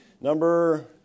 Number